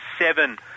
seven